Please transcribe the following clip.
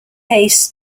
was